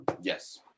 Yes